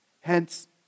Hence